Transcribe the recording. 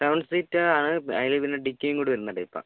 seven seat ആണ് അതിൽ പിന്നെ ഡിക്കിയും കൂടി വരുന്ന ടൈപ്പാണ്